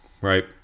right